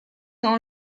dans